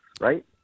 right